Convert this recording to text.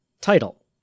title